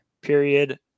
period